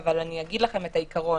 אבל אני אגיד לכם את העיקרון.